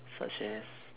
such as